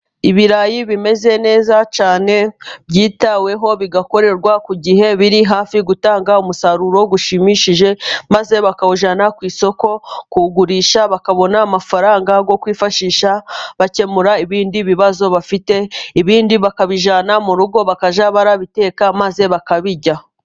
Ibirayi bimeze neza cyane byitaweho bigakorerwa ku gihe, biri hafi gutanga umusaruro ushimishije maze bakawujyana ku isoko kuwugurisha, bakabona amafaranga yo kwifashisha bakemura ibindi bibazo bafite, ibindi bakabijyana mu rugo bakajya babiteka maze bakabirya.